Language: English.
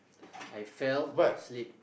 I fell and slip